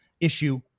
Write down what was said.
issue